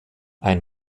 ein